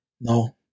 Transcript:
No